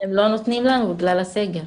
הם לא נותנים לנו בגלל הסגר.